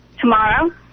tomorrow